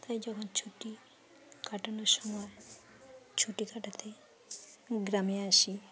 তাই যখন ছুটি কাটানোর সময় ছুটি কাটাতে গ্রামে আসি